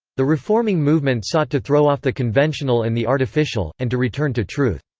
the reforming movement sought to throw off the conventional and the artificial, and to return to truth.